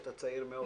אתה צעיר מאוד.